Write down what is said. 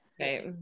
right